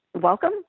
welcome